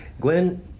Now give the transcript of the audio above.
Gwen